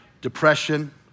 Depression